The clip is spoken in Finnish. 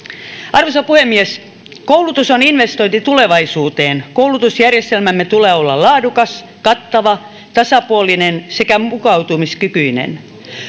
arvoisa puhemies koulutus on investointi tulevaisuuteen koulutusjärjestelmämme tulee olla laadukas kattava tasapuolinen sekä mukautumiskykyinen